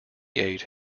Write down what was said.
eight